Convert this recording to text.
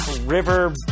river